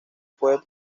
pueden